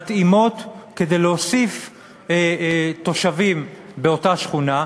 מתאימות להוספת תושבים באותה שכונה,